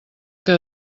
que